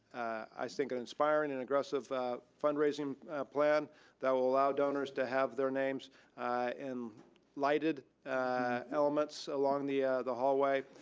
i think an inspiring and aggressive fundraising plan that will allow donors to have their names in lighted elements along the ah the hallway,